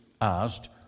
asked